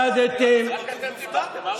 שדדתם, אבל רק אתם דיברתם, מרגי.